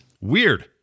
weird